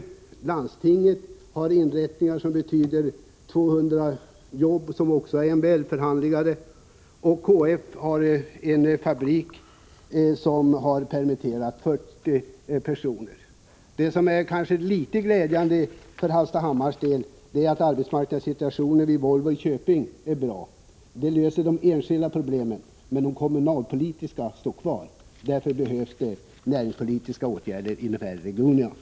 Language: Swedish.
Tlandstingets inrättningar har man MBL-förhandlat om 200 jobb, och KF har permitterat 40 personer vid sin fabrik. För Hallstahammars del är det trots allt glädjande att arbetsmarknadssituationen vid Volvo i Köping är bra. Det löser enskilda problem, men de kommunalpolitiska står kvar. Därför behövs det näringspolitiska åtgärder i de här regionerna.